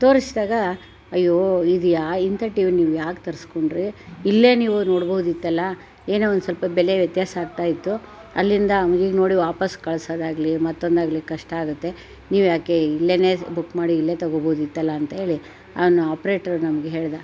ತೋರಿಸ್ದಾಗ ಅಯ್ಯೋ ಇದು ಯಾವ ಇಂಥ ಟಿ ವಿನ ನೀವು ಯಾಕೆ ತರಿಸ್ಕೊಂಡ್ರಿ ಇಲ್ಲೇ ನೀವು ನೋಡ್ಬೋದಿತ್ತಲ್ಲ ಏನೋ ಒಂದು ಸ್ವಲ್ಪ ಬೆಲೆ ವ್ಯತ್ಯಾಸ ಆಗ್ತಾ ಇತ್ತು ಅಲ್ಲಿಂದ ಈಗ ನೋಡು ವಾಪಸ್ ಕಳ್ಸೋದಾಗಲಿ ಮತ್ತೊಂದಾಗಲಿ ಕಷ್ಟ ಆಗುತ್ತೆ ನೀವ್ಯಾಕೆ ಇಲ್ಲೇನೇ ಬುಕ್ ಮಾಡಿ ಇಲ್ಲೇ ತಗೋಬೋದಿತ್ತಲ್ಲ ಅಂತ ಹೇಳಿ ಅವನು ಆಪ್ರೇಟ್ರು ನಮಗೆ ಹೇಳಿದ